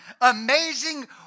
amazing